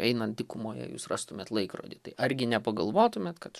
einant dykumoje jūs rastumėt laikrodį tai argi nepagalvotumėt kad